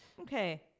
Okay